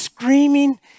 screaming